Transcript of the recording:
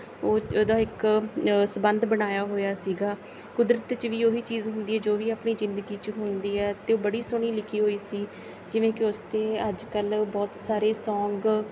ਉਹ ਉਹਦਾ ਇੱਕ ਸੰਬੰਧ ਬਣਾਇਆ ਹੋਇਆ ਸੀਗਾ ਕੁਦਰਤ 'ਚ ਵੀ ਉਹੀ ਚੀਜ਼ ਹੁੰਦੀ ਹੈ ਜੋ ਵੀ ਆਪਣੀ ਜ਼ਿੰਦਗੀ 'ਚ ਹੁੰਦੀ ਹੈ ਅਤੇ ਉਹ ਬੜੀ ਸੋਹਣੀ ਲਿਖੀ ਹੋਈ ਸੀ ਜਿਵੇਂ ਕਿ ਉਸ 'ਤੇ ਅੱਜ ਕੱਲ੍ਹ ਬਹੁਤ ਸਾਰੇ ਸੌਂਗ